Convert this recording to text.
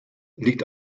liegt